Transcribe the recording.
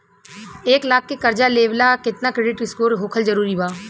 एक लाख के कर्जा लेवेला केतना क्रेडिट स्कोर होखल् जरूरी बा?